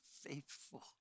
faithful